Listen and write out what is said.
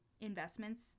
investments